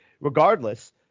regardless